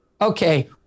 okay